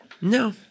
No